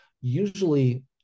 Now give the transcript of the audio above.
usually